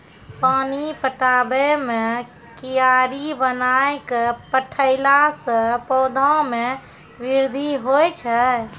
पानी पटाबै मे कियारी बनाय कै पठैला से पौधा मे बृद्धि होय छै?